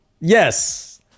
Yes